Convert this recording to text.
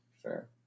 sure